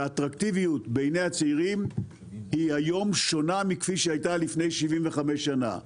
אטרקטיביות בעיני הצעירים היא היום שונה מכפי שהיתה לפני 75 שנה.